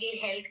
health